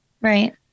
Right